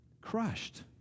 crushed